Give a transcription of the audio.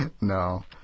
no